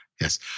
Yes